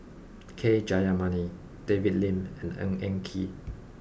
K Jayamani David Lim and Ng Eng Kee